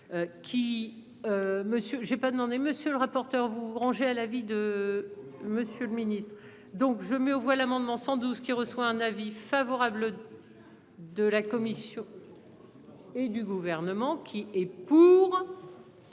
j'ai pas demandé. Monsieur le rapporteur. Vous ranger à l'avis de Monsieur le Ministre donc je mets aux voix l'amendement 112 qui reçoit un avis favorable. De la commission. Et du gouvernement. Qui est pour.